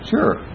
Sure